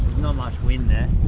not much wind there.